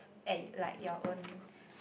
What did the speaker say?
at like your own